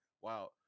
wow